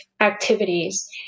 activities